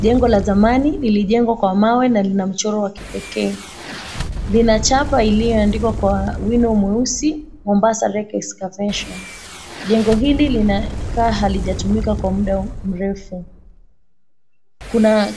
Jengo la zamani lilijengwa kwa mawe na lina mchoro wa kipekee, lina chapa iliyoandikwa kwa wino mweusi "Mombasa Wreck Excavation". Jengo hili linakaa halijatumika kwa muda mrefu. Kuna